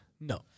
No